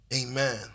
Amen